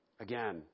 Again